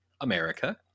America